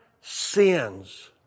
sins